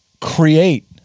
create